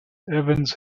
evans